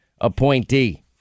appointee